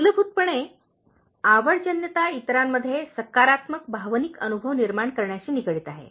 मूलभूतपणे आवडजन्यता इतरांमध्ये सकारात्मक भावनिक अनुभव निर्माण करण्याशी निगडीत आहे